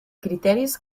criteris